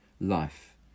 life